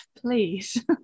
Please